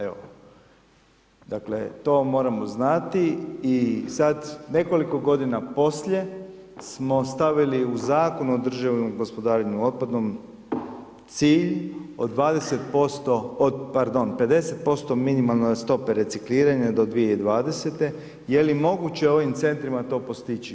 Evo, dakle to moramo znati i sad nekoliko godina poslije smo stavili u Zakon o održivom gospodarenju otpadom, cilj od 20% od, pardon 50% minimalne stope recikliranja do 2020., je li moguće ovim centrima to postići?